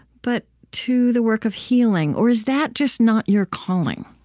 but to the work of healing? or is that just not your calling?